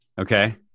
okay